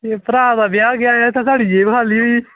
भ्रा दा ब्याह् गै साढ़ी जेब खाल्ली होई